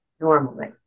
normally